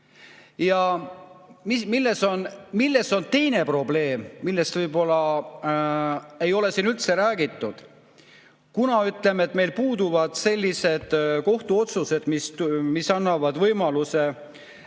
Ja [on veel üks probleem], millest võib-olla ei ole siin üldse räägitud. Kuna, ütleme, meil puuduvad sellised kohtuotsused, mis annavad võimaluse